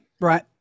Right